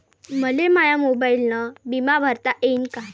मले माया मोबाईलनं बिमा भरता येईन का?